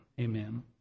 amen